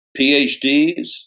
PhDs